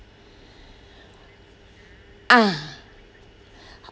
ah